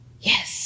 yes